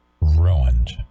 Ruined